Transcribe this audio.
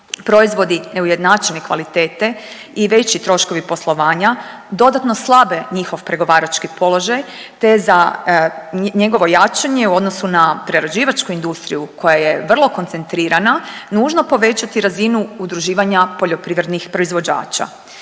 Proizvodi neujednačene kvalitete i veći troškovi poslovanja dodatno slabe njihov pregovarački položaj te za njegovo jačanje u odnosu na prerađivačku industrija koja je vrlo koncentrirana, nužno povećati razinu udruživanja poljoprivrednih proizvođača.